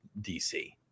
dc